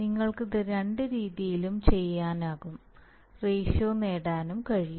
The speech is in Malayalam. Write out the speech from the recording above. നിങ്ങൾക്ക് ഇത് രണ്ട് രീതിയിലും ചെയ്യാനും റേഷ്യോ നേടാനും കഴിയും